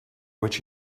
which